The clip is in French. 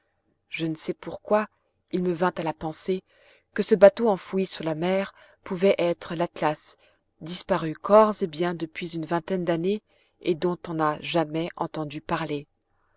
je ne sais pourquoi il me vint à la pensée que ce bateau enfoui sous la mer pouvait être l'atlas disparu corps et biens depuis une vingtaine d'années et dont on n'a jamais entendu parler